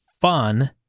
fun